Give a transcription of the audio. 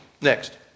next